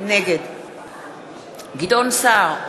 נגד גדעון סער,